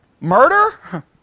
Murder